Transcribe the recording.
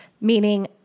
meaning